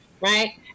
right